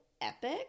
epic